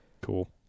Cool